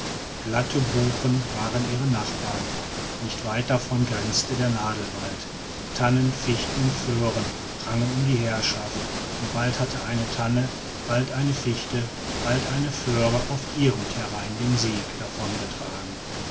glatte buchen waren ihre nachbarn nicht weit davon grenzte der nadelwald tannen fichten und föhren rangen um die herrschaft und bald hatte eine tanne bald eine fichte bald eine föhre auf ihrem terrain den sieg davongetragen